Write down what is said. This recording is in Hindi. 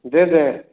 दे दें